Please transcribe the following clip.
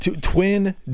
twin